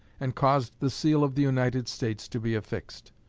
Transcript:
and caused the seal of the united states to be affixed.